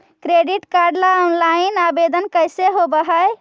Credit card ल online आवेदन कैसे होब है?